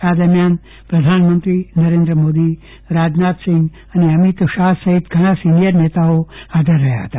આ દરમિયાન પ્રધાનમંત્રી મોદી રાજનાથ સિંહ અને અમિત શાહ સહિત ઘણાં સીનિયર નેતા હાજર રહ્યા હતા